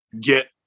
get